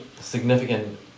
significant